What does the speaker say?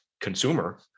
consumer